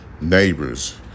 Neighbors